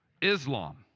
Islam